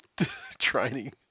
training